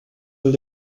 will